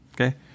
Okay